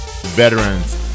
veterans